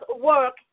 work